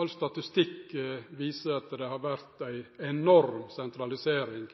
All statistikk viser at det har vore ei enorm sentralisering